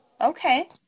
Okay